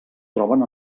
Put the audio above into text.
troben